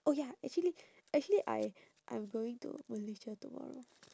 oh ya actually actually I I'm going to malaysia tomorrow